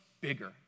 bigger